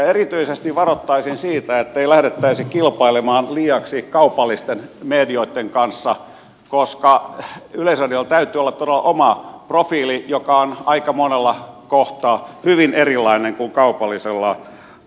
erityisesti varoittaisin siitä ettei lähdettäisi kilpailemaan liiaksi kaupallisten medioitten kanssa koska yleisradiolla täytyy olla todella oma profiili joka on aika monessa kohtaa hyvin erilainen kuin kaupallisella puolella